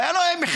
והיה להם,